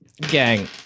gang